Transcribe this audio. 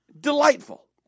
Delightful